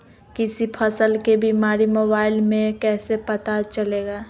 किसी फसल के बीमारी मोबाइल से कैसे पता चलेगा?